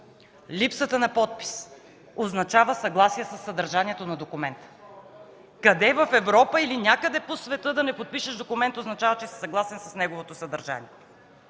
липсата на подпис означава съгласие със съдържанието на документ? Къде в Европа или някъде по света да не подпишеш документ означава, че си съгласен с неговото съдържание?!